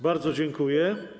Bardzo dziękuję.